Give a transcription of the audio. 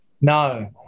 No